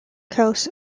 coast